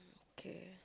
okay